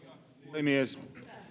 puhemies